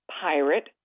pirate